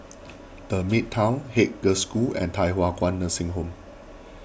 the Midtown Haig Girls' School and Thye Hua Kwan Nursing Home